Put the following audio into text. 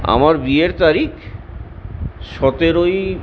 আমার বিয়ের তারিখ সতেরোই